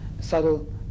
subtle